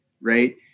right